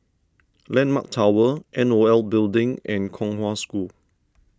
Landmark Tower N O L Building and Kong Hwa School